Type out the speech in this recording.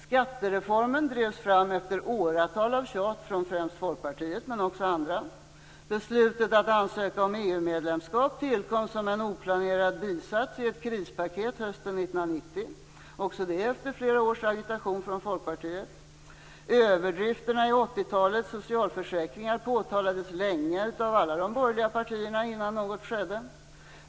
Skattereformen drevs fram efter åratal av tjat från främst Folkpartiet men också andra. Beslutet att ansöka om EU-medlemskap tillkom som en oplanerad bisats i ett krispaket hösten 1990 - också det efter flera års agitation från Folkpartiet. Överdrifterna i 80 talets socialförsäkringar påtalades länge av alla de borgerliga partierna innan något skedde.